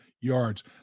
yards